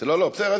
לא, לא, בסדר.